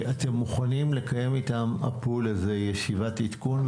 אתם מוכנים לקיים איתם, הפול, ישיבת עדכון?